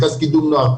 מרכז קידום נוער,